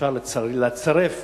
ואפשר לצרף.